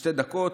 שתי דקות,